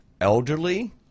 elderly